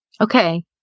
Okay